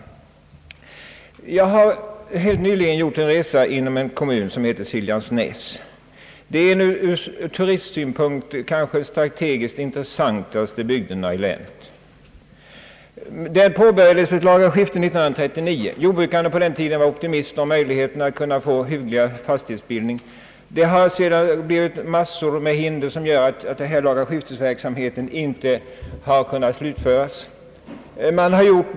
Jag gjorde nyligen en resa i en kommun som heter Siljansnäs och som kanske är en av de ur turistsynpunkt intressantaste bygderna i länet. Där påbörjades ett laga skifte 1939. Jordbrukarna var på den tiden optimister i fråga om möjligheterna att skapa hyggliga fastighetsbildningar. Sedan dess har det uppstått massor av hinder, som gjort att verksamheten inte kunnat slutföras.